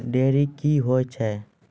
Dairy क्या हैं?